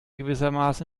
gewissermaßen